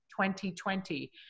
2020